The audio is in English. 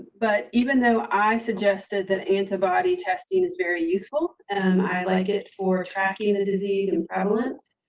but even though i suggested that antibody testing is very useful and i like it for tracking the disease and prevalence,